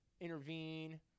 intervene